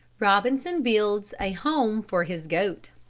robinson builds a home for his goats